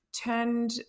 turned